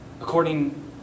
according